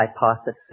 hypothesis